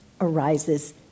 arises